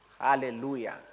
Hallelujah